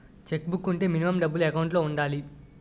Check book వుంటే minimum డబ్బులు account లో ఉండాలి?